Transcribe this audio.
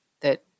that-